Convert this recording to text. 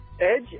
Edge